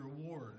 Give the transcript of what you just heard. reward